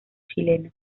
chileno